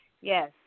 Yes